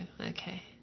Okay